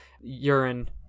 urine